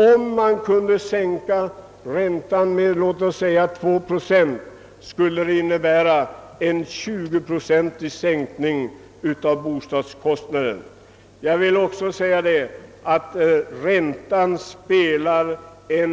Om man kunde sänka räntan med låt mig säga 2 procent, skulle det innebära en 20-procentig sänkning av bostadskostnaden. Räntan spelar även